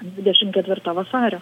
dvidešim ketvirta vasario